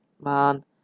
man